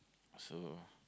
so